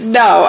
no